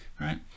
Right